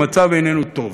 המצב איננו טוב.